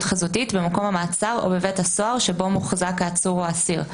חזותית במקום המעצר או בבית הסוהר שבו מוחזק העצור או האסיר.